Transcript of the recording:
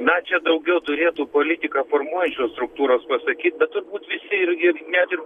na čia daugiau turėtų politiką formuojančios struktūros pasakyt bet turbūt visi irgi net ir